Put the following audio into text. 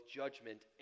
judgment